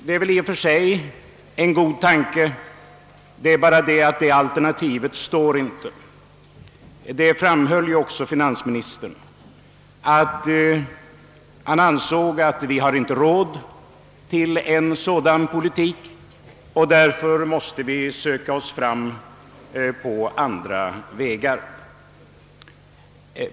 Det är väl i och för sig en god tanke, men det alternativet är inte hållbart. Finansministern framhöll också att han ansåg att vi inte har råd med en sådan politik och därför måste söka oss fram på andra vägar.